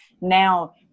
now